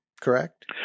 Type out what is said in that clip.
correct